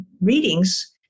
readings